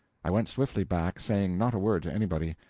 i went swiftly back, saying not a word to anybody.